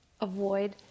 avoid